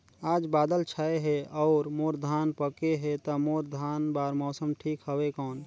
आज बादल छाय हे अउर मोर धान पके हे ता मोर धान बार मौसम ठीक हवय कौन?